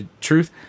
truth